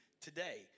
today